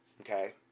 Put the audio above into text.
okay